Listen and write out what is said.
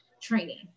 training